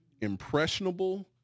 impressionable